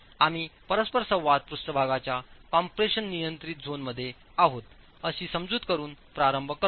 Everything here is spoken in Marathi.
आम्ही परस्परसंवाद पृष्ठभागाच्या कम्प्रेशन नियंत्रित झोनमध्ये आहोत अशी समजूत करून प्रारंभ करतो